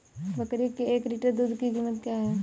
बकरी के एक लीटर दूध की कीमत क्या है?